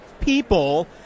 people